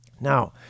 Now